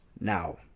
Now